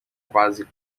quase